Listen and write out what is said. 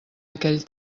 aquell